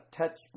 touch